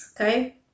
okay